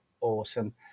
awesome